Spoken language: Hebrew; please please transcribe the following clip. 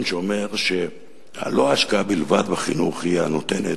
שאומר שלא ההשקעה בלבד בחינוך היא הנותנת,